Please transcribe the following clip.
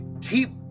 Keep